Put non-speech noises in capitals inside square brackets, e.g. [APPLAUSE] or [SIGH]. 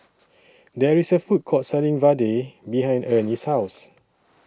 There IS A Food Court Selling Vadai behind [NOISE] Ernie's House